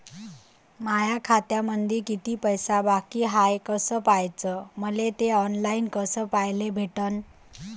माया खात्यामंधी किती पैसा बाकी हाय कस पाह्याच, मले थे ऑनलाईन कस पाह्याले भेटन?